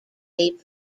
ape